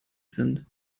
sind